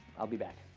i'll be back!